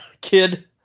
kid